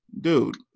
dude